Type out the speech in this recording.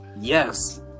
yes